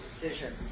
decision